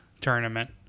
tournament